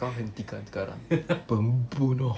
kau hentikan sekarang pembunuh